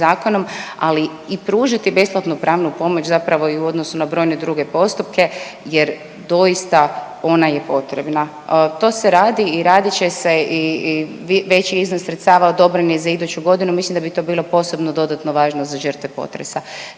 ali i pružiti besplatnu pravnu pomoć zapravo i u odnosu na brojne druge postupke jer doista ona je potrebna. To se radi i radit će se i veći iznos sredstava odobren je za iduću godinu, mislim da bi to bilo posebno dodatno važno za žrtve potresa.